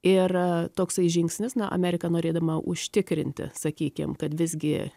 ir toksai žingsnis na amerika norėdama užtikrinti sakykim kad visgi